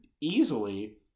easily